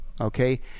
okay